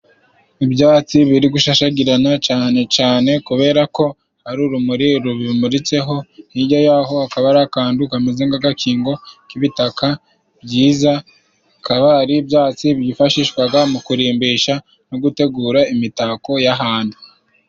Ibyatsi biri gushashagirana cane cane kubera ko ari urumuri rubimuritseho, hijya yaho akaba ari akantu kameze nk'agakingo k'ibitaka byiza, bikaba ari ibyatsi byifashishwaga mu kurimbisha no gutegura imitako y'ahantu.